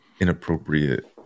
inappropriate